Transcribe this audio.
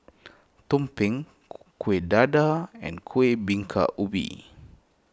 Tumpeng Kueh Dadar and Kueh Bingka Ubi